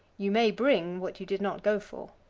you may bring what you did not go for.